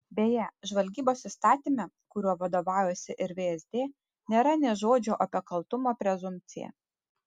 beje žvalgybos įstatyme kuriuo vadovaujasi ir vsd nėra nė žodžio apie kaltumo prezumpciją